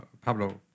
Pablo